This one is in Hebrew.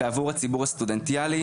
ועבור הציבור הסטודנטיאלי.